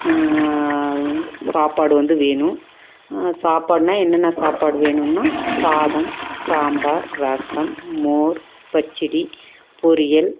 சாப்பாடு வந்து வேணும் சாப்பாடுனா என்னென்ன சாப்பாடு வேணும்னா சாதம் சாம்பார் ரசம் மோர் பச்சடி பொரியல்